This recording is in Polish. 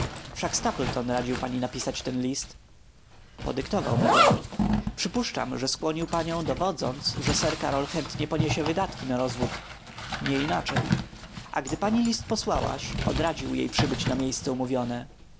omyłki wszak stapleton radził pani napisać ten list podyktował mi go przypuszczam że skłonił panią dowodząc że sir karol chętnie poniesie wydatki na rozwód nieinaczej a gdy pani list posłałaś odradził jej przybyć na miejsce umówione